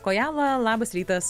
kojala labas rytas